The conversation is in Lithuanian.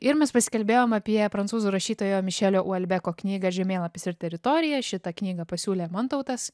ir mes pasikalbėjom apie prancūzų rašytojo mišelio uolbeko knygą žemėlapis ir teritorija šitą knygą pasiūlė mantautas